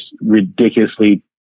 ridiculously